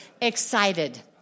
excited